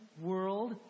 world